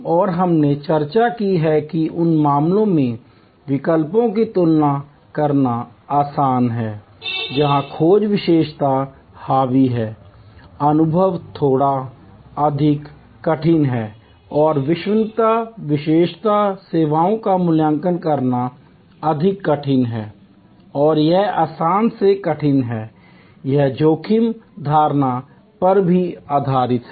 और हमने चर्चा की है कि उन मामलों में विकल्पों की तुलना करना आसान है जहां खोज विशेषता हावी है अनुभव थोड़ा अधिक कठिन है और विश्वसनीयता विशेषता सेवाओं का मूल्यांकन करना अधिक कठिन है और यह आसान से कठिन है यह जोखिम धारणा पर भी आधारित है